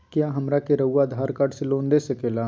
क्या हमरा के रहुआ आधार कार्ड से लोन दे सकेला?